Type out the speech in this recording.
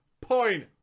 Point